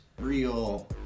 Real